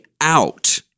out